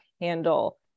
handle